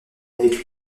avec